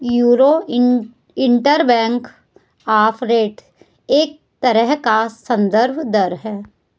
euro interbank offer rate एक तरह का सन्दर्भ दर है